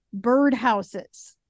birdhouses